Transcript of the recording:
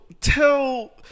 tell